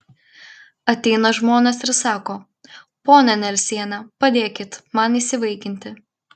ateina žmonės ir sako ponia nelsiene padėkit man įsivaikinti